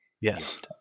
Yes